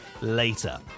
later